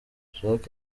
jack